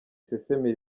isesemi